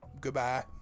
goodbye